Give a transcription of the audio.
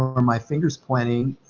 where my finger's pointing,